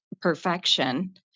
perfection